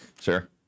sure